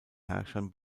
herrschern